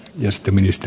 näistä ministä